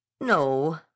No